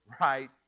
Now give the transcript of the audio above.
right